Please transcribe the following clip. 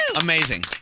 amazing